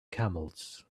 camels